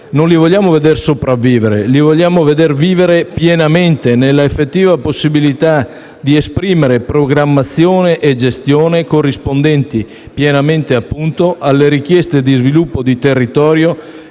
i piccoli Comuni sopravvivere; li vogliamo vedere vivere pienamente, nell'effettiva possibilità di esprimere programmazione e gestione corrispondenti pienamente, appunto, alle richieste di sviluppo di territorio,